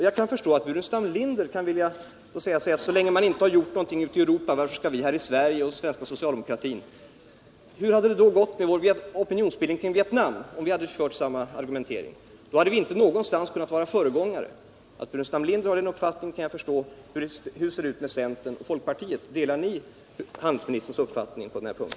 Jag kan förstå att Staffan Burenstam Linder kan vilja säga: Så länge man inte gör någonting ute i Europa, varför skall vi då här i Sverige och den svenska socialdemokratin göra något? Hur hade det gått med vår opinionsbildning kring Vietnam, om vi hade använt samma argumentering i den frågan? Då hade vi inte någonstans kunnat vara föregångare. Att herr Burenstam Linder hyser sin uppfattning kan jag alltså förstå, men hur är det med centerpartister och tolkpartister? Delar ni handelsministerns uppfattning på denna punkt?